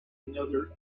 another